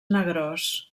negrós